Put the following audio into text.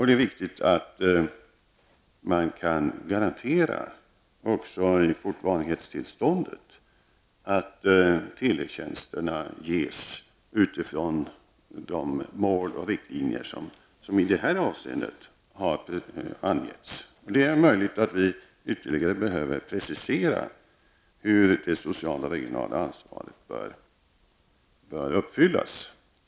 Det är viktigt att man även fortsättningsvis kan garantera att teletjänsterna ges utifrån de mål och riktlinjer som i det avseendet har angetts. Det är möjligt att vi ytterligare behöver precisera hur det sociala och regionala ansvaret bör uppfyllas.